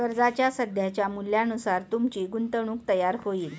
कर्जाच्या सध्याच्या मूल्यानुसार तुमची गुंतवणूक तयार होईल